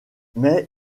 mais